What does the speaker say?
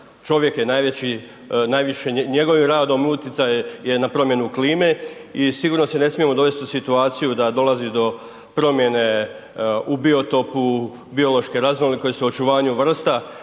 najveći, najviše njegovim radom utjecaj je na promjenu klime i sigurno se ne smijemo dovesti u situaciju da dolazi do promjene u biotopu, biološke raznolikosti, očuvanju vrsta